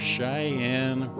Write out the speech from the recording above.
Cheyenne